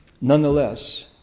Nonetheless